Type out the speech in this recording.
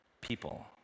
people